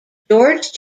george